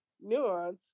nuance